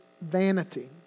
vanity